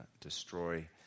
destroy